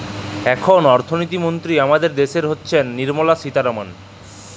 এখল অথ্থলিতি মলতিরি আমাদের দ্যাশের হচ্ছেল লির্মলা সীতারামাল